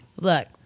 Look